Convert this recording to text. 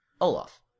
Olaf